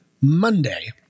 Monday